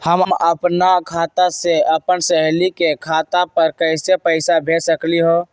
हम अपना खाता से अपन सहेली के खाता पर कइसे पैसा भेज सकली ह?